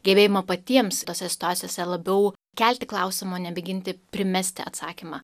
gebėjimą patiems tose situacijose labiau kelti klausimą nemėginti primesti atsakymą